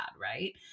right